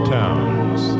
towns